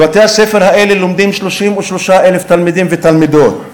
בבתי-הספר האלה לומדים 33,000 תלמידים ותלמידות.